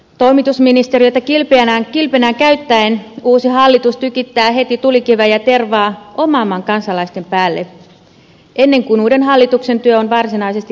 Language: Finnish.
toimitusministeriötä kilpenään käyttäen uusi hallitus tykittää heti tulikiveä ja tervaa oman maan kansalaisten päälle ennen kuin uuden hallituksen työ on varsinaisesti alkanutkaan